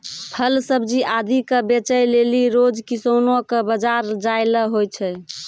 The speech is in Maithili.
फल सब्जी आदि क बेचै लेलि रोज किसानो कॅ बाजार जाय ल होय छै